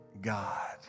God